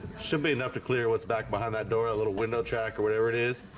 should be enough to clear what's back behind that door a little window track or whatever it is